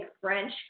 French